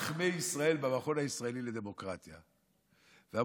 כי ישבו חכמי ישראל במכון הישראלי לדמוקרטיה ואמרו: